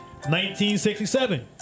1967